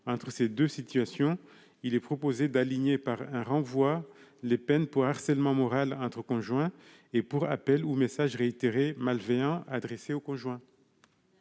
entre ces 2 situations, il est proposé d'aligner par un renvoi les peines pour harcèlement moral entre conjoints et pour appels ou messages réitérés malveillants adressés au conjoint.